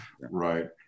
right